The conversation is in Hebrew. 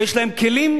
ויש להם כלים,